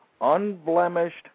unblemished